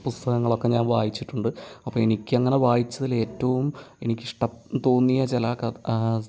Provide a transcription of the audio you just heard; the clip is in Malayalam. പുസ്തകങ്ങളൊക്കെ ഞാൻ വായിച്ചിട്ടുണ്ട് അപ്പം എനിക്കങ്ങനെ വായിച്ചതിൽ ഏറ്റവും എനിക്കിഷ്ടം തോന്നിയ ചില ക